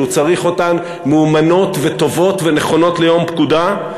שהוא צריך אותן מאומנות וטובות ונכונות ליום פקודה,